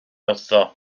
wrtho